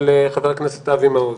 לחבר הכנסת אבי מעוז.